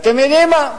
אתם יודעים מה,